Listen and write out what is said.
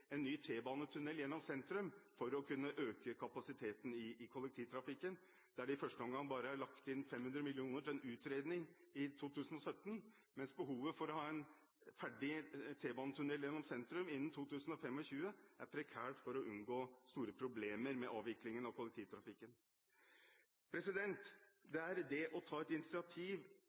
en ny T-banetunnel gjennom sentrum for å kunne øke kapasiteten i kollektivtrafikken. Her er det i første omgang bare lagt inn 500 mill. kr til en utredning i 2017, mens behovet for å ha en ferdig T-banetunnel gjennom sentrum innen 2025 er prekært for å unngå store problemer med avviklingen av kollektivtrafikken. Jeg mener det aller viktigste regjeringen nå kan gjøre for å